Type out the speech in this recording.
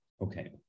Okay